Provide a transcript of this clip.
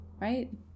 Right